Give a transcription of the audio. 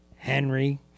Henry